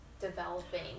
developing